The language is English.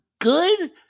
good